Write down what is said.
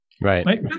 Right